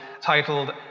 titled